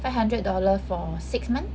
five hundred dollar for six months